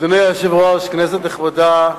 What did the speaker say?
אדוני היושב-ראש, כנסת נכבדה,